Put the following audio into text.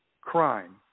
crime